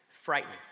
frightening